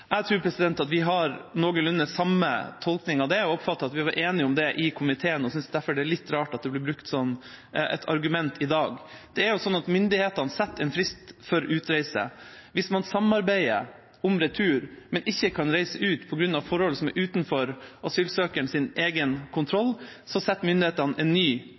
Jeg tror at vi har noenlunde samme tolkning av det. Jeg oppfattet at vi var enige om det i komiteen, og synes derfor det er litt rart at det blir brukt som et argument i dag. Myndighetene setter en frist for utreise. Hvis man samarbeider om retur, men ikke kan reise ut på grunn av forhold som er utenfor asylsøkerens egen kontroll, setter myndighetene en ny